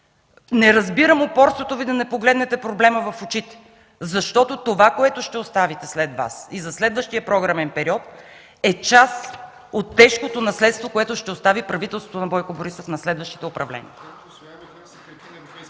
Не разбирам упорството Ви да не погледнете проблема в очите, защото това, което ще оставите след Вас и за следващия програмен период, е част от тежкото наследство, което ще остави правителството на Бойко Борисов на следващото управление.